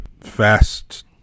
fast